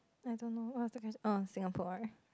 I don't know what's the quest~ oh Singapore